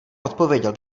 odpověděl